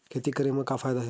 खेती करे म का फ़ायदा हे?